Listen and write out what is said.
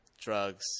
Drugs